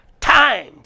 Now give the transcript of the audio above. Time